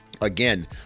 Again